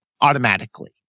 automatically